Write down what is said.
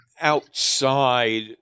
outside